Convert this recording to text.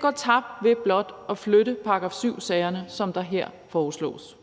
går tabt ved blot at flytte § 7-sagerne, som det her foreslås.